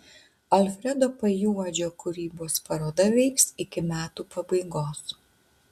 alfredo pajuodžio kūrybos paroda veiks iki metų pabaigos